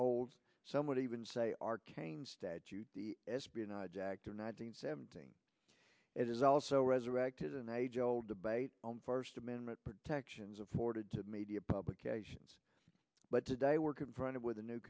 old some would even say arcane statute the espionage act or nine hundred seventeen it is also resurrected an age old debate on first amendment protections afforded to media publications but today we're confronted with a new